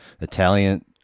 Italian